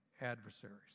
adversaries